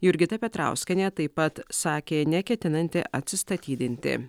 jurgita petrauskienė taip pat sakė neketinanti atsistatydinti